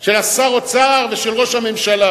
של שר האוצר ושל ראש הממשלה?